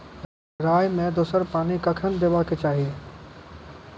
राई मे दोसर पानी कखेन देबा के चाहि?